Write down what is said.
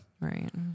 Right